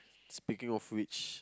speaking of which